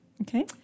Okay